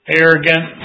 arrogant